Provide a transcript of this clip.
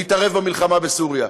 להתערב במלחמה בסוריה.